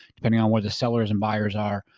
depending on what the sellers and buyers are.